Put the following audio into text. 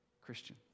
Christian